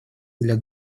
для